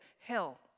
hell